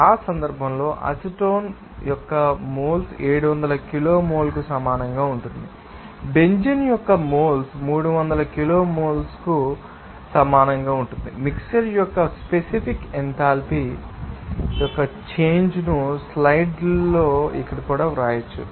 కాబట్టి ఆ సందర్భంలో అసిటోన్ యొక్క మోల్స్ 700 కిలోమోల్కు సమానంగా ఉంటుంది బెంజీన్ యొక్క మోల్స్ 300 కిలోమోల్కు సమానంగా ఉంటుంది మిక్శ్చర్ యొక్క స్పెసిఫిక్ ఎథాల్పీ యొక్క చేంజ్ ను స్లైడ్స్లో ఇక్కడ వ్రాయవచ్చు